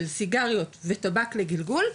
של סיגריות וטבק לגלגול,